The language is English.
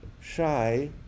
shy